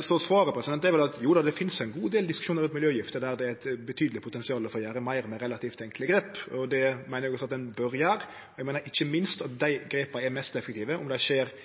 Så svaret er vel at det finst ein god del diskusjonar rundt miljøgifter der det er eit betydeleg potensial for å gjere meir med relativt enkle grep, og det meiner eg også at ein bør gjere. Eg meiner, ikkje minst, at dei grepa er mest effektive om dei skjer